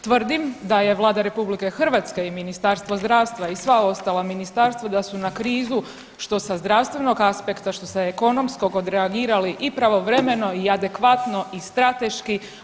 Tvrdim da je Vlada RH i Ministarstvo zdravstva i sva ostala ministarstva da su na krizu što sa zdravstvenog aspekta, što sa ekonomskog odreagirali i pravovremeno i adekvatno i strateški.